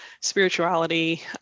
spirituality